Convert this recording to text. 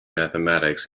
mathematics